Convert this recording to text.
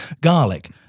Garlic